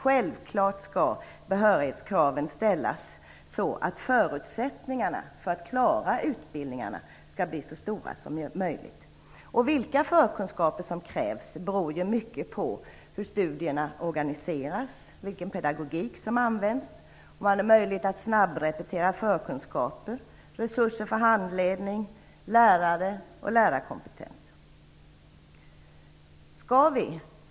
Självklart skall behörighetskraven ställas på ett sådant sätt att förutsättningarna för att klara en utbildning blir så stora som möjligt. Vilka förkunskaper som krävs beror mycket på hur studierna organiseras, på vilken pedagogik som används, på om det finns möjlighet att snabbrepetera när det gäller förkunskaper och på resurserna för handledning, lärare och lärarkompetens. Herr talman!